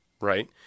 right